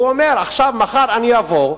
הוא אומר: מחר אבוא,